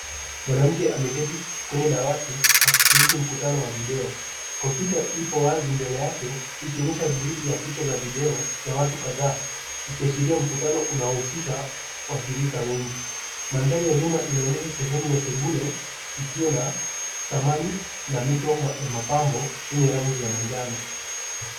Mwanamke ameketi kwenye dawati akishiriki mkutano wa video. Kompyuta ipo wazi mbele yake ikionyesha gridi ya picha za video ya watu kadhaa, ikiashiria mkutano unahusisha washirika wengi. Mandhari ya nyuma inaonyesha sehemu ya sebule ikiwa na samani na mito ya mapambo yenye rangi ya manjano.